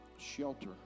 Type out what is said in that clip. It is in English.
shelter